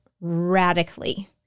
radically